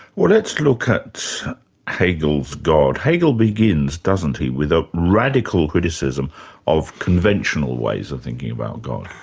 well, let's look at hegel's god. hegel begins, doesn't he, with a radical criticism of conventional ways of thinking about god?